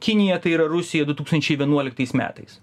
kinija tai yra rusija du tūkstančiai vienuoliktais metais